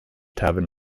tavern